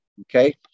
okay